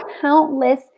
countless